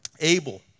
Abel